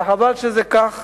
וחבל שזה כך